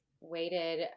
waited